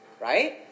right